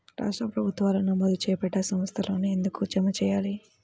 రాష్ట్ర ప్రభుత్వాలు నమోదు చేయబడ్డ సంస్థలలోనే ఎందుకు జమ చెయ్యాలి?